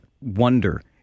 wonder